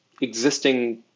existing